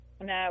No